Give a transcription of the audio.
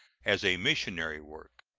as a missionary work.